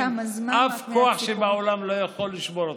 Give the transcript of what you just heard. אף כוח שבעולם לא יכול לשבור אתכם,